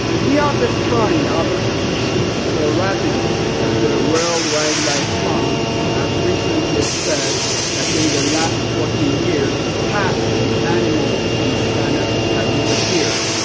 we are destroying other species so rapidly that the world wildlife fund has recently said that, in the last forty years, half the animals on the planet have disappeared.